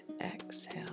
exhale